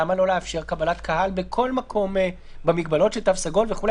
למה לא לאפשר קבלת קהל בכל מקום במגבלות של תו סגול וכו'?